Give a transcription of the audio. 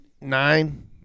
nine